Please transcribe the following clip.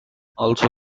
also